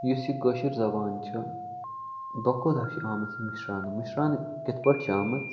یُس یہِ کٲشُر زَبان چھِ دۄہ کھۄتہٕ دۄہ چھےٚ آمٕژ یہِ مٔشراونہٕ مٔشراونہٕ کِتھ پٲٹھۍ چھِ آمٕژ